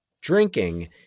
drinking